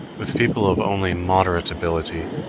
with people of only moderate ability,